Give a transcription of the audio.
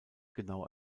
genau